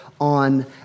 on